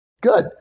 Good